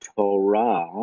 Torah